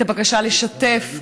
את הבקשה לשתף,